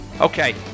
Okay